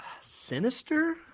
Sinister